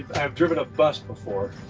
i've driven a bus before.